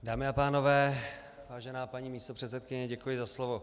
Dámy a pánové, vážená paní místopředsedkyně, děkuji za slovo.